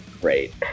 Great